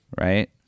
right